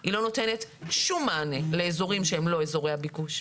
היא לא נותנת שום מענה לאזורים שהם לא אזורי הביקוש.